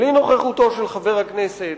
בלי נוכחותו של חבר הכנסת,